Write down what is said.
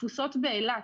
התפוסות באילת,